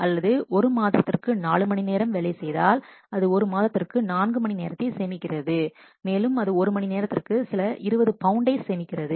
அல்லது ஒரு மாதத்திற்கு 4 மணி நேரம் வேலை செய்தால் அது ஒரு மாதத்திற்கு நான்கு மணிநேரத்தை சேமிக்கிறது மேலும் அது ஒரு மணிநேரத்திற்கு சில 20 பவுன்டை சேமிக்கிறது